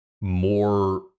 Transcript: more